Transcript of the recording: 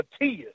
Matias